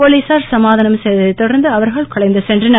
போலீசார் சமாதானம் செய்ததை தொடர்ந்து அவர்கள் கலைந்து சென்றனர்